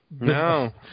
No